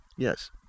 Yes